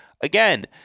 Again